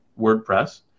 WordPress